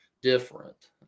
different